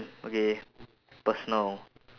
okay personal